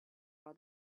all